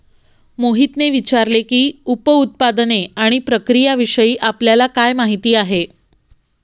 मोहितने विचारले की, उप उत्पादने आणि प्रक्रियाविषयी आपल्याला काय माहिती आहे?